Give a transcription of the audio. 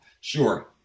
sure